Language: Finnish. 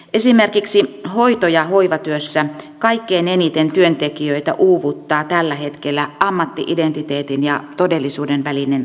esimerkiksi hoito ja hoivatyössä kaikkein eniten työntekijöitä uuvuttaa tällä hetkellä ammatti identiteetin ja todellisuuden välinen ristiriita